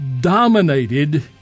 dominated